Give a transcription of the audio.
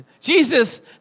Jesus